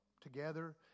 together